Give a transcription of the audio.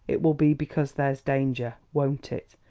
it will be because there's danger won't it?